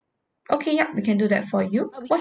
okay yup we can do that for you what